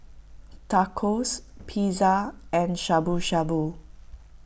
Tacos Pizza and Shabu Shabu